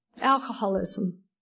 Alcoholism